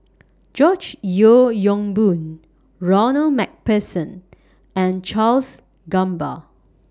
George Yeo Yong Boon Ronald MacPherson and Charles Gamba